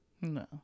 No